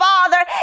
Father